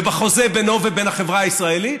ובחוזה בינו ובין החברה הישראלית,